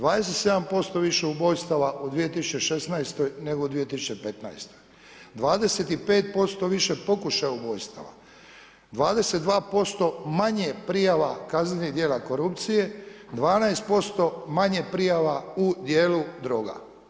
27% više ubojstava u 2016. nego u 2015., 25% više pokušaja ubojstava, 22% manje prijava kaznenih djela korupcije, 12% manje prijava u djelu droga.